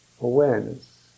Awareness